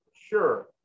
Sure